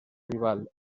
rival